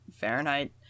Fahrenheit